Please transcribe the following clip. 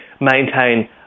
maintain